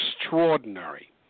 extraordinary